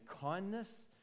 kindness